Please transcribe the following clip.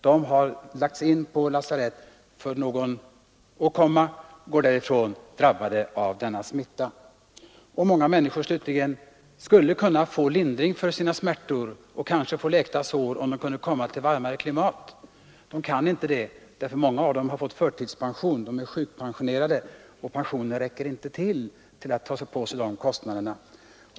De har lagts in på lasarett för någon åkomma och går därifrån, drabbade av denna smitta. Vidare kunde många få lindring för sina smärtor och kanske få läkta sår om de kunde resa till varmare klimat. Men de kan inte det därför att många av dem har fått förtidspension eller är sjukpensionerade, och pensionen räcker inte till för sådana kostnader.